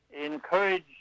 encourage